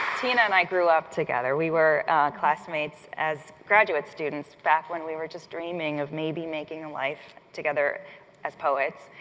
tina and i grew up together. we were classmates as graduate students, back when we were just dreaming of maybe making a life together as poets.